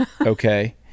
Okay